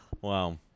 Wow